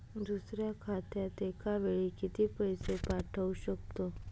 दुसऱ्या खात्यात एका वेळी किती पैसे पाठवू शकतो?